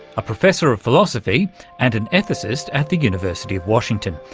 a professor of philosophy and an ethicist at the university of washington,